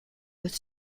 with